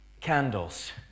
candles